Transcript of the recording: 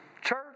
church